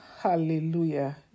Hallelujah